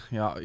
ja